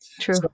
True